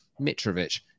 Mitrovic